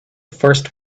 first